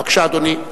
בבקשה, אדוני.